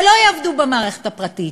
ולא יעבדו במערכת הפרטית.